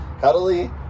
cuddly